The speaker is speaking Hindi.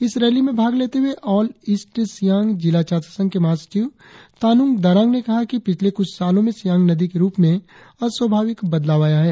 इस रैली में भाग लेते हुए ऑल ईस्ट सियांग जिला छात्र संघ के महासचिव तानुंग दारांग ने कहा है कि पिछले कुछ सालों में सियांग नदी के रुप में अस्वभाविक बदलाव आया है